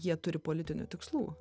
jie turi politinių tikslų